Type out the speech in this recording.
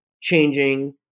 changing